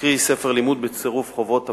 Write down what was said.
קרי ספר לימוד בצירוף חוברות עבודה,